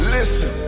Listen